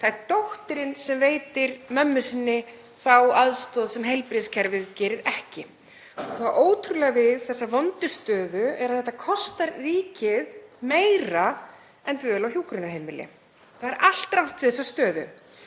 Það er dóttirin sem veitir mömmu sinni þá aðstoð sem heilbrigðiskerfið gerir ekki. Það ótrúlega við þessa vondu stöðu er að þetta kostar ríkið meira en dvöl á hjúkrunarheimili. Það er allt rangt við þessa stöðu.